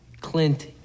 Clint